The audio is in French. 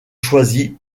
choisis